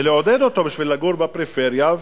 ולעודד אותם לגור בפריפריה,